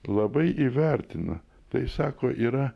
labai įvertina tai sako yra